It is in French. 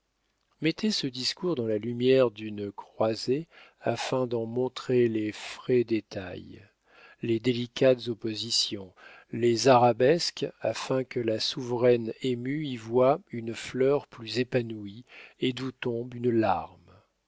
mettez ce discours dans la lumière d'une croisée afin d'en montrer les frais détails les délicates oppositions les arabesques afin que la souveraine émue y voie une fleur plus épanouie et d'où tombe une larme